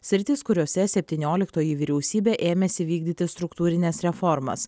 sritys kuriose septynioliktoji vyriausybė ėmėsi vykdyti struktūrines reformas